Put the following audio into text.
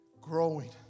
growing